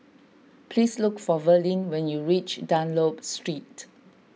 please look for Verlin when you reach Dunlop Street